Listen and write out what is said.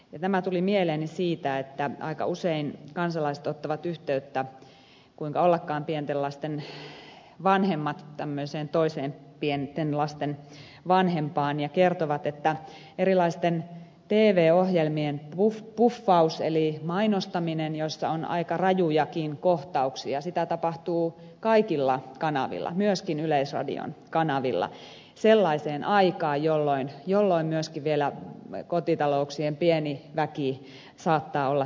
tämä tuli mieleeni siitä että aika usein kansalaiset ottavat yhteyttä kuinka ollakaan pienten lasten vanhemmat tällaiseen toiseen pienten lasten vanhempaan ja kertovat että erilaisten tv ohjelmien puffausta eli mainostamista jossa on aika rajujakin kohtauksia tapahtuu kaikilla kanavilla myöskin yleisradion kanavilla sellaiseen aikaan jolloin myöskin vielä kotitalouksien pieni väki saattaa olla tv vastaanottimien ääressä